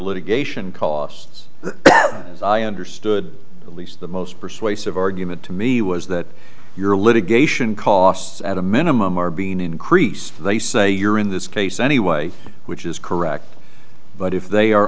litigation costs as i understood at least the most persuasive argument to me was that your litigation costs at a minimum are being increased they say you're in this case anyway which is correct but if they are